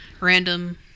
random